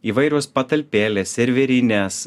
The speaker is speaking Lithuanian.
įvairios patalpėlės serverinės